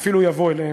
אפילו יבוא אליהם,